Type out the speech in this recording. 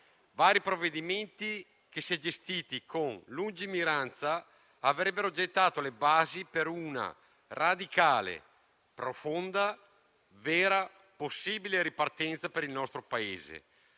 Tali provvedimenti, se gestiti con lungimiranza, avrebbero gettato le basi per una radicale, profonda, vera e possibile ripartenza per il nostro Paese,